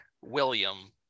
william